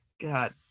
God